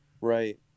Right